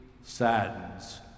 saddens